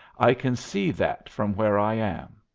i can see that from where i am.